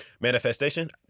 Manifestation